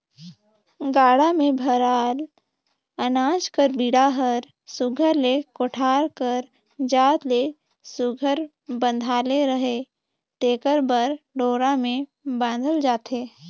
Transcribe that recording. गाड़ा मे भराल अनाज कर बीड़ा हर सुग्घर ले कोठार कर जात ले सुघर बंधाले रहें तेकर बर डोरा मे बाधल जाथे